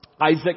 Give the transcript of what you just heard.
Isaac